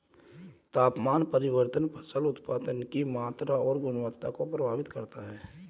तापमान परिवर्तन फसल उत्पादन की मात्रा और गुणवत्ता को प्रभावित करता है